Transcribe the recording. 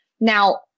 now